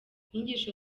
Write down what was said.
inyigisho